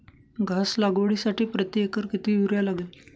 घास लागवडीसाठी प्रति एकर किती युरिया लागेल?